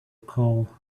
call